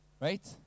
Right